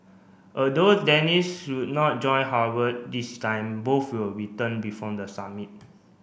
although Dennis should not join Howard this time both will return before the summit